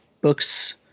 books